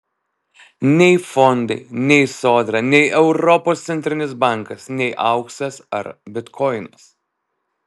nei fondai nei sodra nei europos centrinis bankas nei auksas ar bitkoinas